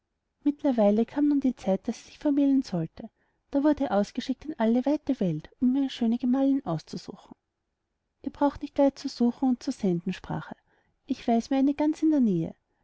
mittlerweile kam nun die zeit daß er sich vermählen sollte da wurde ausgeschickt in alle weite welt um ihm eine schöne gemahlin auszusuchen ihr braucht nicht weit zu suchen und zu senden sprach er ich weiß mir eine ganz in der nähe